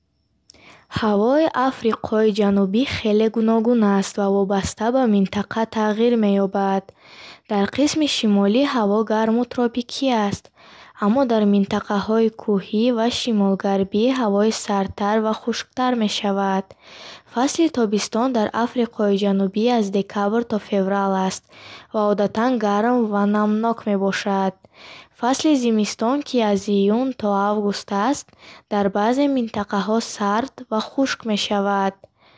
Ҳавои Африқои Ҷанубӣ хеле гуногун аст ва вобаста ба минтақа тағйир меёбад. Дар қисми шимолӣ ҳаво гарму тропикӣ аст, аммо дар минтақаҳои кӯҳӣ ва шимолгарбӣ ҳавои сардтар ва хушктар мешавад. Фасли тобистон дар Африқои Ҷанубӣ аз декабр то феврал аст ва одатан гарм ва намнок мебошад. Фасли зимистон, ки аз июн то август аст, дар баъзе минтақаҳо сард ва хушк мешавад.